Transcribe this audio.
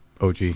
OG